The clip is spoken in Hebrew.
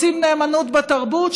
רוצים נאמנות בתרבות,